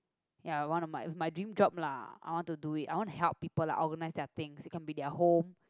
ya one of my my dream job lah I want to do it I want to help people like organise their things it can be their home